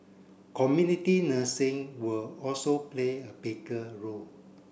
community nursing will also play a bigger role